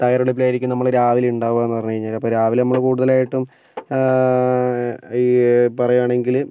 തയ്യാറെടുപ്പിലായിരിക്കും നമ്മൾ രാവിലെ ഉണ്ടാവുക എന്ന് പറഞ്ഞു കഴിഞ്ഞാൽ അപ്പം രാവിലെ നമ്മൾ കൂടുതലായിട്ടും ഈ പറയുകയാണെങ്കിൽ